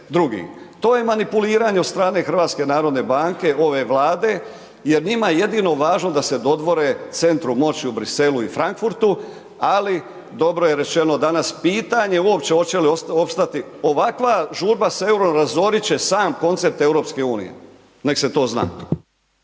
To je manipuliranje od strane HNB-a, ove Vlade jer njima je jedino važno da se dodvore centru moći u Briselu i Frankfurtu ali dobro je rečeno danas pitanje uopće hoće li opstati. Ovakva žurba sa eurom razoriti će sam koncept EU. Neka se to zna.